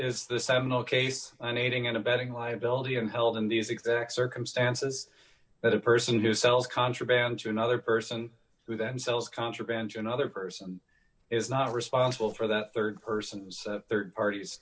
the seminal case an aiding and abetting liability and held in these exact circumstances that a person who sells contraband to another person who then sells contraband to another person is not responsible for that rd person's rd parties